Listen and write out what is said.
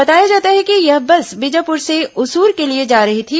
बताया जाता है कि यह बस बीजापुर से उसूर के लिए जा रही थी